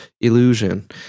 illusion